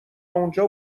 اونجا